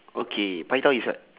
okay pai tao is what